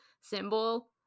symbol